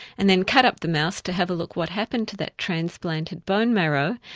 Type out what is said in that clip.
and then cut up the mouse to have a look what happened to that transplanted bone marrow,